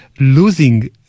losing